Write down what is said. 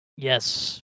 Yes